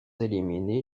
éliminer